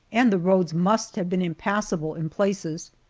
and the roads must have been impassable in places.